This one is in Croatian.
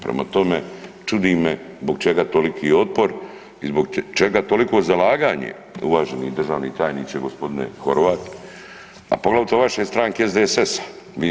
Prema tome, čudi me zbog čega toliki otpor i zbog čega toliko zalaganje, uvaženi državni tajniče g. Horvat, a poglavito vaše stranke SDSS-a.